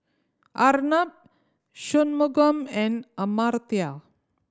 Arnab Shunmugam and Amartya